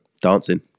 Dancing